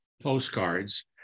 postcards